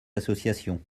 associations